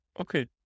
Okay